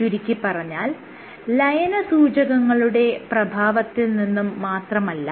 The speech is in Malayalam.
ചുരുക്കിപറഞ്ഞാൽ ലയന സൂചകങ്ങളുടെ പ്രഭാവത്തിൽ നിന്നും മാത്രമല്ല